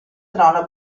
trono